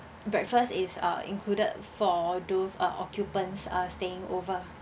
breakfast is uh included for those uh occupants uh staying over